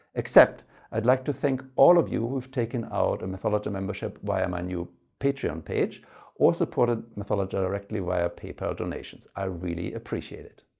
except i'd like to thank all of you who've taken out a mathologer membership via a my new patreon page or supported mathologer directly via paypal donations. i really appreciate it.